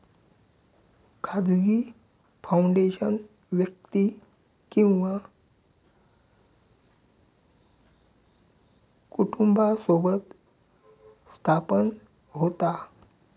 खाजगी फाउंडेशन व्यक्ती किंवा कुटुंबासोबत स्थापन होता